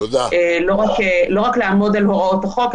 לא רק לעמוד על הוראות החוק,